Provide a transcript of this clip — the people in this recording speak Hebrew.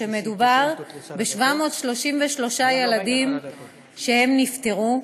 מדובר ב-733 ילדים שנפטרו,